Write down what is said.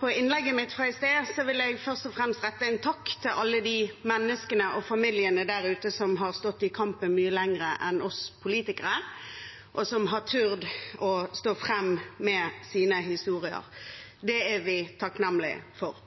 på innlegget mitt fra i sted, vil jeg først og fremst rette en takk til alle de menneskene og familiene der ute som har stått i kampen mye lenger enn oss politikere, og som har turt å stå fram med sine historier. Det er vi takknemlige for.